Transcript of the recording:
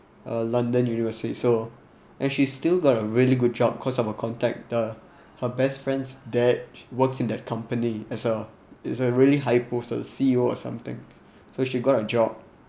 a london university so and she still got a really good job cause of a contactor her best friends that works in the company as a it's a really high post C_E_O or something so she got a job